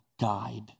guide